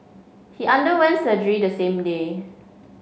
he underwent surgery the same day